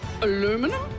Aluminum